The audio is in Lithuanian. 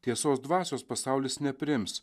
tiesos dvasios pasaulis nepriims